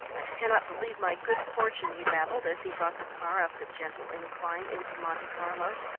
i cannot believe my good fortune, he babbled, as he brought the car up the gentle incline into monte carlo.